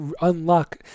unlock